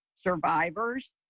survivors